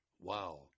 Wow